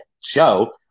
show